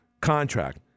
contract